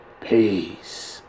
Peace